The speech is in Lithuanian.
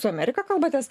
su amerika kalbatės